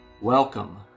Welcome